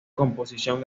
composición